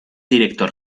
director